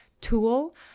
tool